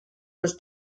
was